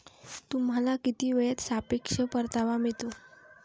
तुम्हाला किती वेळेत सापेक्ष परतावा मिळतो?